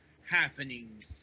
happening